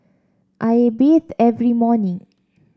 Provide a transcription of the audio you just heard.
I bathe every morning